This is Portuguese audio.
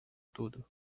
tudo